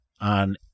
on